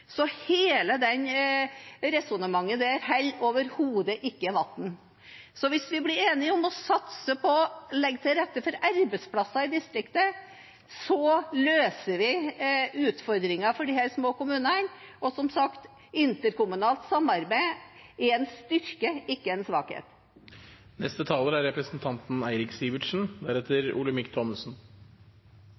Så hele det resonnementet holder overhodet ikke vann. Hvis vi blir enige om å satse på å legge til rette for arbeidsplasser i distriktet, løser vi utfordringene for disse små kommunene. Og som sagt: Interkommunalt samarbeid er en styrke, ikke en svakhet. Representanten Eirik Sivertsen